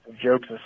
Jokes